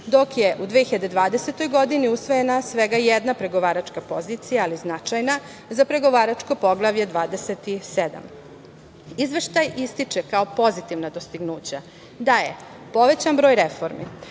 dok je u 2020. godini usvojena svega jedna pregovaračka pozicija, ali značajna za pregovaračko Poglavlje 27.Izveštaj ističe kao pozitivna dostignuća da je povećan broj reformi,